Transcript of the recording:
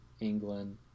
England